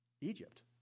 Egypt